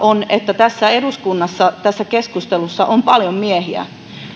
on se että eduskunnassa tässä keskustelussa on paljon miehiä